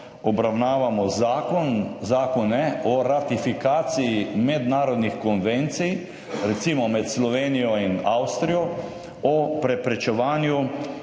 obravnavamo zakone o ratifikaciji mednarodnih konvencij, recimo med Slovenijo in Avstrijo, o preprečevanju